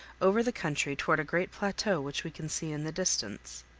over the country toward a great plateau which we can see in the distance.